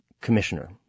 commissioner